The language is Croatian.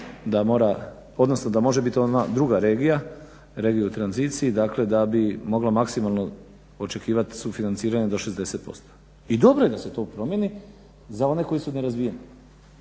da može bit ona druga regija, regija u tranziciji, dakle da bi mogla maksimalno očekivati sufinanciranje do 60%. I dobro je da se to promjeni za one koji su nerazvijeni.